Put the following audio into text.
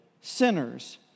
sinners